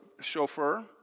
chauffeur